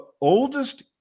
oldest